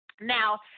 Now